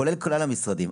כולל כלל המשרדים,